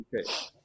okay